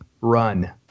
run